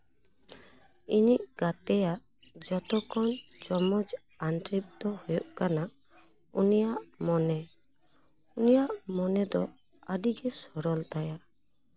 ᱤᱧᱤᱡ ᱜᱟᱛᱮᱭᱟᱜ ᱡᱚᱛᱚ ᱠᱷᱚᱱ ᱡᱚᱢᱚᱡᱽ ᱟᱱᱰᱮᱨ ᱫᱚ ᱦᱩᱭᱩᱜ ᱠᱟᱱᱟ ᱩᱱᱤᱭᱟᱜ ᱢᱚᱱᱮ ᱩᱱᱤᱭᱟᱜ ᱢᱚᱱᱮ ᱫᱚ ᱟᱹᱰᱤ ᱜᱮ ᱥᱚᱨᱚᱞ ᱛᱟᱭᱟ